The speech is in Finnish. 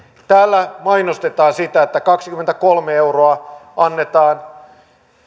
täällä mainostetaan sitä että kaksikymmentäkolme euroa annetaan